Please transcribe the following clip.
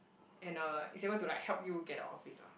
and uh is able to like help you get out of it lah